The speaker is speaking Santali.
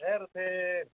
ᱮ ᱨᱚᱛᱷᱤᱱ